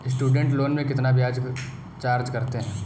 Student loan में कितना ब्याज चार्ज करते हैं?